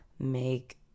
Make